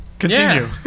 Continue